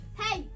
hey